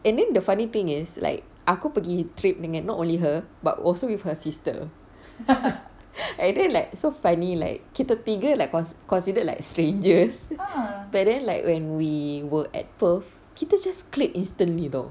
and then the funny thing is like aku pergi trip dengan not only her but also with her sister and then like so funny like kita tiga like con~ considered like strangers but then like when we were at perth kita just clicked instantly [tau]